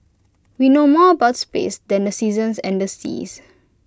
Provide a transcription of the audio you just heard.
we know more about space than the seasons and the seas